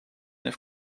neuf